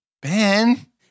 Ben